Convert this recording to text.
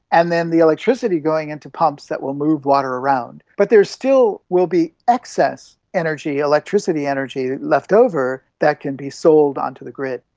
and then the electricity going into pumps that will move water around. but there still will be excess energy, electricity energy left over that can be sold onto the grid.